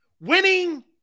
Winning